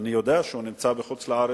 אני יודע שהוא נמצא בגרמניה.